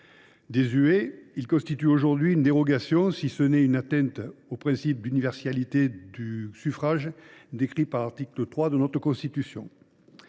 Désuet, il constitue aujourd’hui une dérogation, si ce n’est une atteinte au principe d’universalité du suffrage fixé par l’article 3 de notre Constitution.